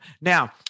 Now